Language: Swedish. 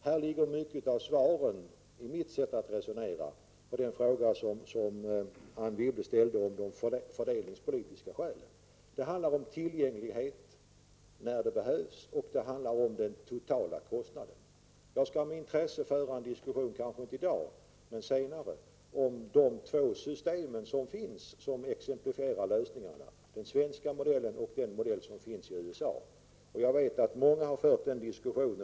Enligt mitt sätt att resonera finns här mycket av svaret på den fråga som Anne Wibble ställde om de fördelningspolitiska skälen. Det handlar om tillgänglighet när den behövs och det handlar om den totala kostnaden. Jag skall med intresse föra en diskussion, kanske inte i dag, men senare, om de två system som finns och som exemplifierar de olika lösningarna; den svenska modellen och den modell som finns i USA. Jag vet att det är många som har diskuterat den saken.